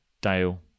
dale